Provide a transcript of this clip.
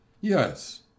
yes